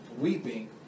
weeping